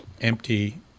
empty